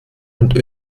und